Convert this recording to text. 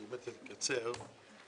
אני אקצר.